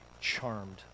charmed